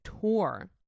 tour